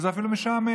וזה אפילו משעמם.